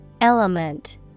Element